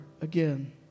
again